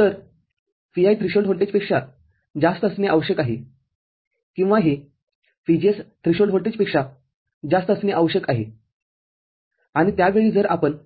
तर Vi threshold व्होल्टेजपेक्षा जास्त असणे आवश्यक आहे किंवा हे VGS थ्रेशोल्ड व्होल्टेजपेक्षा जास्त असणे आवश्यक आहे आणि त्या वेळी जर आपण